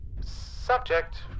Subject